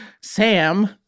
Sam